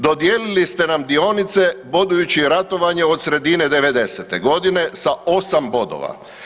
Dodijelili ste nam dionice bodujući ratovanje od sredine '90. g. sa 8 bodova.